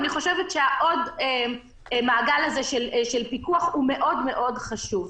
אני חושבת שהעוד מעגל הזה של פיקוח מאוד מאוד חשוב.